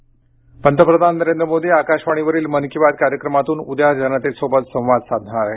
मन की बात पंतप्रधान नरेंद्र मोदी आकाशवाणी वरील मन की बात कार्यक्रमातून उद्या जनतेशी संवाद साधणार आहेत